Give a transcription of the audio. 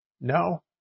No